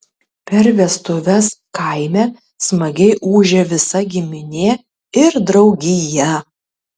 per vestuves kaime smagiai ūžia visa giminė ir draugija